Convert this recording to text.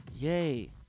Yay